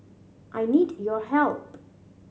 I need your help